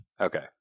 Okay